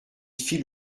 fit